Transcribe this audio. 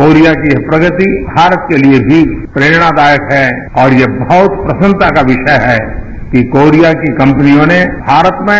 Korea की प्रगति भारत के लिए भी प्रेरणादायक है और यह बहुत प्रसन्नता का विषय है कि कोरिया की कंपनियों ने भारत में